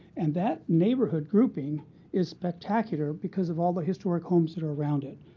and that neighborhood grouping is spectacular because of all the historic homes that are around it.